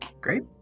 Great